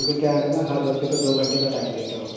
کیونکہ کیا ہے میں نا ہر بچے کو دو گھنٹے کا ٹائم دیتا ہوں